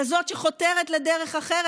כזאת שחותרת לדרך אחרת,